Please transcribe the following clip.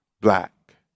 black